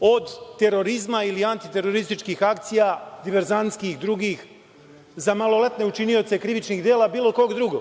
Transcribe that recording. od terorizma ili antiterorističkih akcija, diverzantskih i drugih za maloletne učinioce krivičnih dela bilo kog druga.